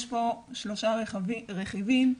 יש פה שלושה רכיבים,